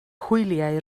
hwyliau